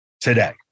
today